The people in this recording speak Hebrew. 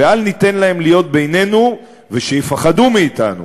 ואל ניתן להם להיות בינינו, ושיפחדו מאתנו.